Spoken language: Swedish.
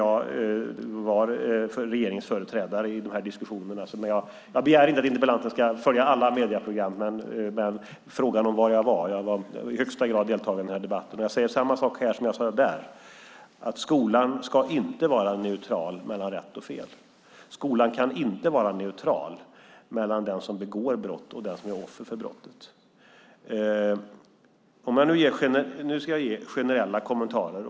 Jag var regeringens företrädare i de här diskussionerna. Jag begär inte att interpellanten ska följa alla medieprogram. Men när det gäller frågan om var jag var kan jag säga att jag i högsta grad deltog i den här debatten. Och jag säger samma sak här som jag sade där. Skolan ska inte vara neutral mellan rätt och fel. Skolan kan inte vara neutral mellan den som begår brott och den som är offer för brottet. Nu ska jag ge generella kommentarer.